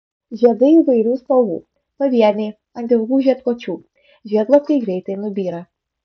žiedai įvairių spalvų pavieniai ant ilgų žiedkočių žiedlapiai greitai nubyra